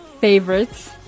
favorites